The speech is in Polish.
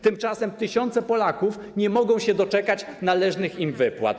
Tymczasem tysiące Polaków nie mogą się doczekać należnych im wypłat.